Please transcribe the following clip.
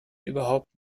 überhaupt